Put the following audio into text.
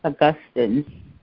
Augustine